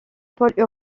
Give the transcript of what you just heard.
pôle